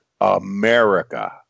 America